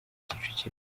kicukiro